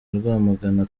rwamagana